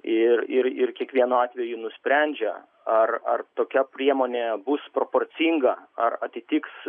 ir ir ir kiekvienu atveju nusprendžia ar ar tokia priemonė bus proporcinga ar atitiks